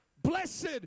Blessed